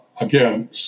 Again